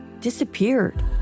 disappeared